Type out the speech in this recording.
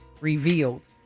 revealed